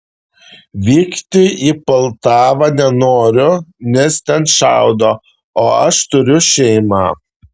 vykti į poltavą nenoriu nes ten šaudo o aš turiu šeimą